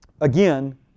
again